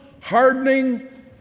hardening